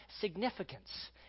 significance